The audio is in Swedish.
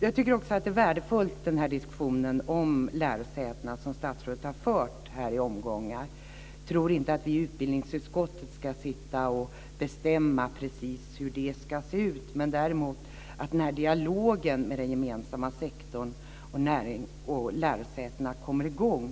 Jag tycker också att det är värdefullt med den diskussion om lärosätena som statsrådet har fört i omgångar. Jag tror inte att vi i utbildningsutskottet ska sitta och bestämma precis hur det ska se ut. Däremot tror jag att det är bra att den här att dialogen mellan den gemensamma sektorn och lärosätena kommer i gång.